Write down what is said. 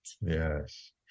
yes